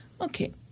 Okay